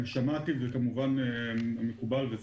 שמעתי וכמובן מקובל.